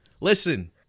Listen